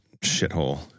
shithole